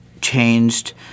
changed